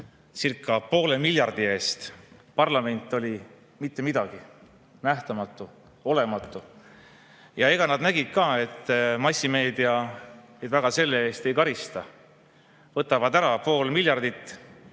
otsuseidcircapoole miljardi eest. Parlament oli mitte midagi, nähtamatu, olematu. Ja eks nad nägid ka, et massimeedia neid väga selle eest ei karista. Võtavad ära pool miljardit.